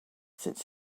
since